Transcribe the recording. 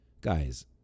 guys